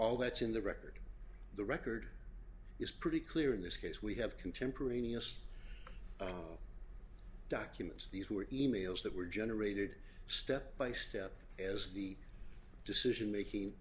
all that's in the record the record is pretty clear in this case we have contemporaneous documents these were e mails that were generated step by step as the decision making